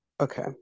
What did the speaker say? Okay